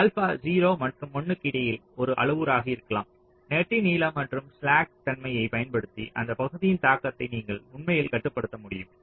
alpha 0 மற்றும் 1 க்கு இடையில் ஒரு அளவுருவாக இருக்கலாம் நெட்டின் நீளம் மற்றும் ஸ்லாக் தன்மையை பயன்படுத்தி அந்த பகுதியின் தாக்கத்தை நீங்கள் உண்மையில் கட்டுப்படுத்த முடியும்